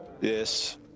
Yes